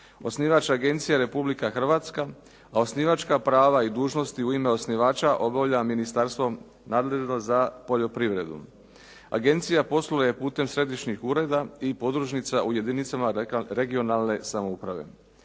Osnivač agencije je Republika Hrvatska, a osnivačka prava i dužnosti u ime osnivača obavlja ministarstvo nadležno za poljoprivredu. Agencija posluje putem središnjih ureda i podružnica u jedinicama regionalne samouprave.